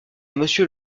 monsieur